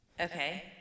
Okay